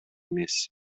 эмес